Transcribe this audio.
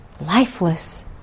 lifeless